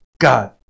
God